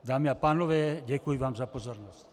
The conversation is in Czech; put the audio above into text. Dámy a pánové, děkuji vám za pozornost.